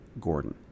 Gordon